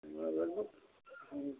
करवा ना